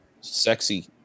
sexy